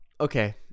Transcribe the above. Okay